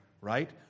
right